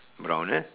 brown eh